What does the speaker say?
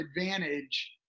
advantage